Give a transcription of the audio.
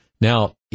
Now